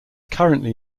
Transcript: currently